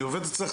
אני עובד אצלך?